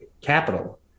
capital